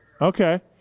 okay